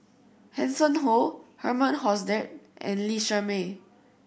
Hanson Ho Herman Hochstadt and Lee Shermay